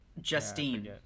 Justine